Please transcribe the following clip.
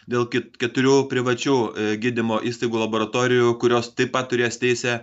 dėl ket keturių privačių gydymo įstaigų laboratorijų kurios taip pat turės teisę